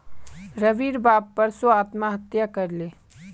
रविर बाप परसो आत्महत्या कर ले